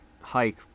hike